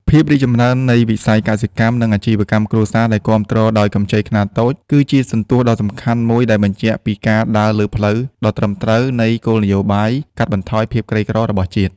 ភាពរីកចម្រើននៃវិស័យកសិកម្ម និងអាជីវកម្មគ្រួសារដែលគាំទ្រដោយកម្ចីខ្នាតតូច គឺជាសន្ទស្សន៍ដ៏សំខាន់មួយដែលបញ្ជាក់ពីការដើរលើផ្លូវដ៏ត្រឹមត្រូវនៃគោលនយោបាយកាត់បន្ថយភាពក្រីក្ររបស់ជាតិ។